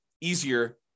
easier